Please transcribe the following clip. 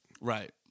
Right